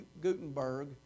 Gutenberg